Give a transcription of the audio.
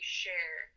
share